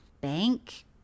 bank